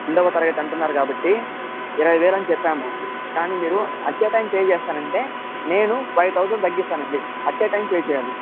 రెండోవ తరగతి అంటున్నారు కాబట్టి ఇరవై వేలు అని చెప్పాము కానీ మీరు అట్ ఏ టైం పే చేస్తాను అంటే నేను ఫైవ్ థౌజండ్ తగ్గిస్తాను అండి అట్ ఏ టైం పే చేయాలి